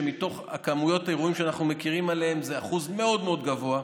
ומתוך כמויות האירועים שאנחנו מכירים זה אחוז מאוד מאוד גבוה.